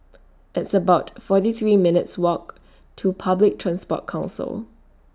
It's about forty three minutes' Walk to Public Transport Council